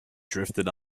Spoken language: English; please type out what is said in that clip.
drifted